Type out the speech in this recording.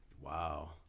wow